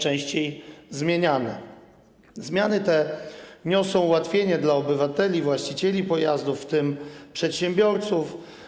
Zmiany te niosą ułatwienie dla obywateli, właścicieli pojazdów, w tym przedsiębiorców.